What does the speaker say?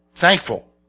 Thankful